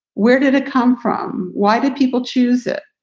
where did it come from? why did people choose it?